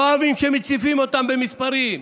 לא אוהבים שמציפים אותם במספרים.